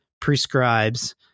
prescribes